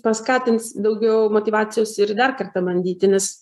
paskatins daugiau motyvacijos ir dar kartą bandyti nes